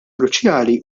kruċjali